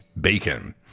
bacon